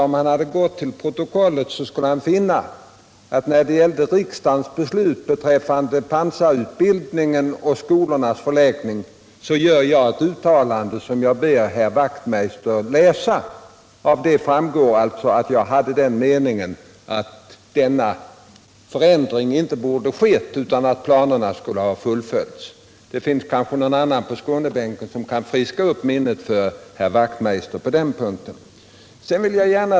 Om han hade gått till protokollet skulle han ha funnit att jag gjorde ett uttalande om förläggningen av pansarutbildningen, och det ber jag herr Wachtmeister läsa. Av det framgår att jag ansåg att denna förändring inte borde ske utan att planerna borde fullföljas. Det finns kanske någon annan på Skånebänken som kan friska upp minnet för herr Wachtmeister på den punkten.